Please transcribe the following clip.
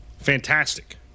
Fantastic